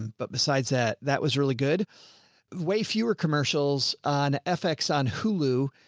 but besides that, that was really good way. fewer commercials on fx. on hulu.